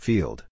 Field